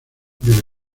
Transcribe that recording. del